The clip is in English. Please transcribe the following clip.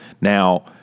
now